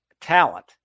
talent